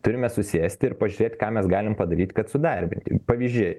turime susėsti ir pažiūrėt ką mes galim padaryt kad sudarbinti pavyzdžiai